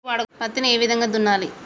పత్తిని ఏ విధంగా దున్నాలి?